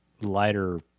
lighter